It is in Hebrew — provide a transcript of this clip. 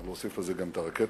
ונוסיף לזה גם את הרקטות,